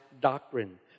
doctrine